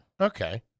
Okay